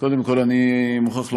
קודם כול אני מוכרח לומר,